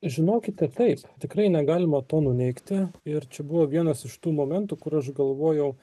žinokite taip tikrai negalima to nuneigti ir čia buvo vienas iš tų momentų kur aš galvojau